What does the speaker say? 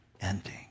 ending